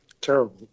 terrible